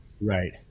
right